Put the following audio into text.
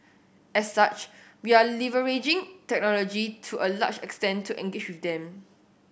as such we are leveraging technology to a large extent to engage with them